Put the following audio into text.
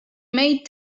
may